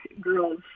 girls